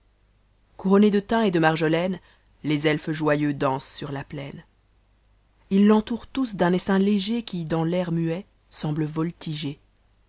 couronnas de thym et de marjolaine les elfes joyeux dansent sur la plaioc ils l'entourent tous d'an essaim téger qui dans l'air muet semble voltiger